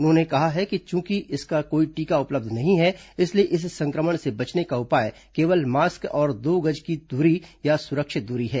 उन्होंने कहा कि चूंकि इसका कोई टीका उपलब्ध नहीं है इसलिए इस संक्रमण से बचने का उपाय केवल मास्क और दो गज की दूरी या सुरक्षित दूरी है